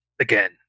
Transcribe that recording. again